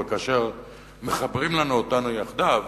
אבל כאשר מחברים לנו אותם יחדיו,